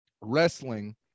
wrestling